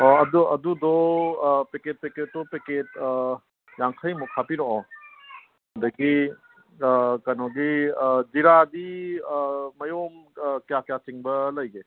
ꯑꯣ ꯑꯗꯨ ꯑꯗꯨꯗꯣ ꯄꯦꯀꯦꯠ ꯄꯦꯀꯦꯠꯇꯣ ꯄꯦꯀꯦꯠ ꯌꯥꯡꯈꯩꯃꯨꯛ ꯍꯥꯞꯄꯤꯔꯛꯑꯣ ꯑꯗꯒꯤ ꯀꯩꯅꯣꯒꯤ ꯖꯤꯔꯥꯗꯤ ꯃꯌꯣꯝ ꯀꯌꯥ ꯀꯌꯥ ꯆꯤꯡꯕ ꯂꯩꯒꯦ